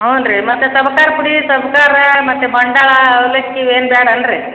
ಹೌವ್ನ್ ರೀ ಮತ್ತೆ ಸಬಕಾರ ಪುಡಿ ಸಬ್ಕಾರ ಮತ್ತು ಬಂಡ ಅವಲಕ್ಕಿ ಇವೇನು ಬ್ಯಾಡಲ್ಲ ರೀ